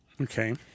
Okay